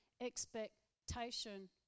expectation